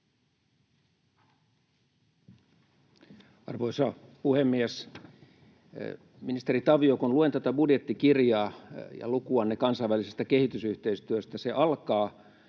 Arvoisa puhemies! Ministeri Tavio, kun luen tätä budjettikirjaa ja lukuanne kansainvälisestä kehitysyhteistyöstä, se alkaa